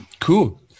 Cool